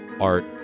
art